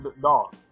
dog